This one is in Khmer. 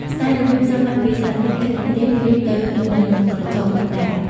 ស្នែងរមាសផ្សំឡើងពីសារធាតុ keratin ដូចទៅនឹងក្រចកមនុស្សដែរ។